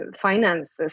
finances